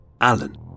Alan